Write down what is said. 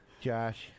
Josh